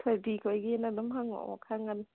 ꯊꯣꯏꯕꯤꯈꯣꯏꯒꯤꯅ ꯑꯗꯨꯝ ꯍꯪꯉꯛꯑꯣ ꯈꯪꯉꯅꯤ